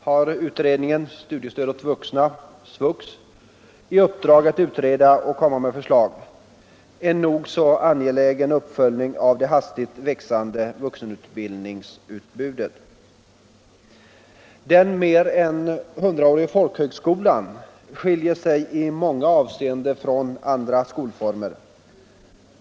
har kommittén för studiestöd åt vuxna, SVUX, i uppdrag att utreda och komma med förslag om, en nog så angelägen uppföljning av det hastigt växande vuxenutbildningsutbudet. Den mer än hundraåriga folkhögskolan skiljer sig i många avseenden från andra skolformer.